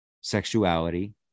sexuality